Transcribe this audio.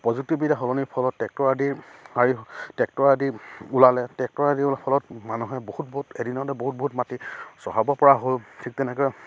প্ৰযুক্তিবিদ্যা সলনিৰ ফলত ট্ৰেক্টৰ আদি হেৰি ট্ৰেক্টৰ আদি ওলালে ট্ৰেক্টৰ আদি ওলোৱাৰ ফলত মানুহে বহুত বহুত এদিনতে বহুত বহুত মাটি চহাব পৰা হ'ল ঠিক তেনেকৈ